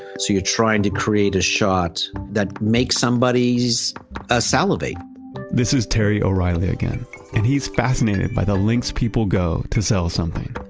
so you're trying to create a shot that makes somebody ah salivate this is terry o'reilly again and he's fascinated by the lengths people go to sell something.